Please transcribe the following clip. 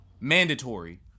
mandatory